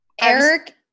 eric